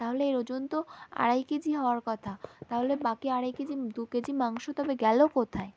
তাহলে এর ওজন তো আড়াই কে জি হওয়ার কথা তাহলে বাকি আড়াই কে জি দু কে জি মাংস তবে গেলো কোথায়